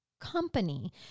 company